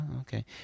okay